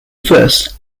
first